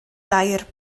dair